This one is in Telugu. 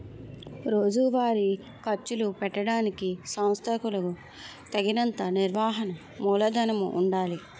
రోజువారీ ఖర్చులు పెట్టడానికి సంస్థలకులకు తగినంత నిర్వహణ మూలధనము ఉండాలి